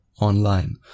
online